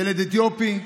ילד אתיופי,